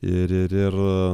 ir ir ir